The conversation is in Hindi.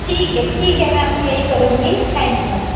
ठीक है ठीक है मैम यही करूँगी थैंक यू मैम